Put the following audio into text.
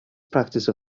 practise